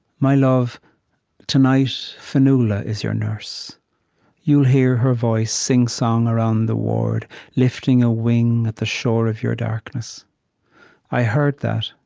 my love tonight fionnuala is your nurse you'll hear her voice sing-song around the ward lifting a wing at the shore of your darkness i heard that,